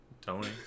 Tony